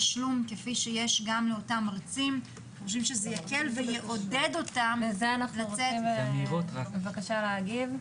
לזה אנחנו מבקשים להגיב.